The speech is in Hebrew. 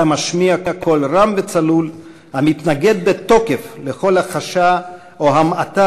אתה משמיע קול רם וצלול המתנגד בתוקף לכל הכחשה או המעטה